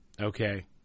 okay